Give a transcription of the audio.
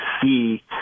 see